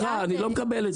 סליחה, אני לא מקבל את זה.